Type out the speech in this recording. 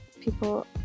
people